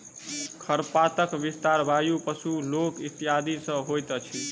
खरपातक विस्तार वायु, पशु, लोक इत्यादि सॅ होइत अछि